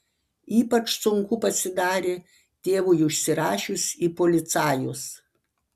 ypač sunku pasidarė tėvui užsirašius į policajus